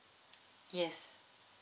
yes